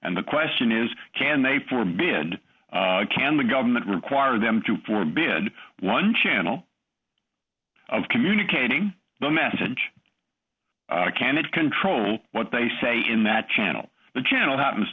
and the question is can they form bid can the government require them to for bid one channel of communicating the message can it control what they say in that channel the channel happens